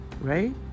right